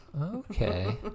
Okay